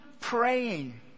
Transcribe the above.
praying